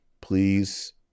please